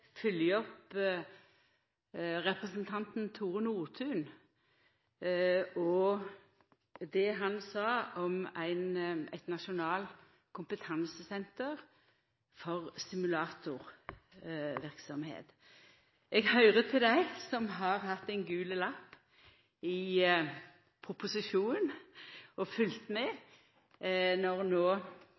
følgja opp det representanten Tore Nordtun sa om eit nasjonalt kompetansesenter for simulatorverksemd. Eg høyrer til dei som har hatt ein gul lapp inne i proposisjonen og har følgt med når